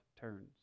turns